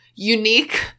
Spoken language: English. unique